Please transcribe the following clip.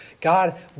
God